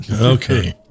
Okay